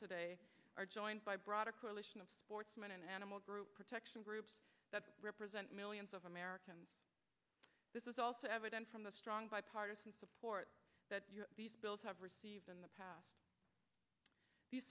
today are joined by broader coalition of sportsman and animal group protection groups that represent millions of americans this is also evident from the strong bipartisan support that these bills have received in the past few